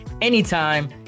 anytime